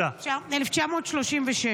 סליחה, איזו הסתייגות?